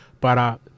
para